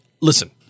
Listen